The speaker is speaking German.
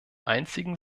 einzigen